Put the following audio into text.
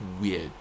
weird